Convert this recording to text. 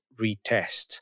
retest